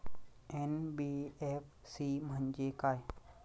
NBFC म्हणजे काय?